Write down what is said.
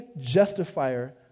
justifier